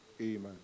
Amen